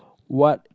what